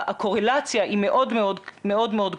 הקורלציה היא מאוד מאוד גבוהה.